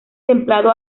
templado